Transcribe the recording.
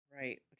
right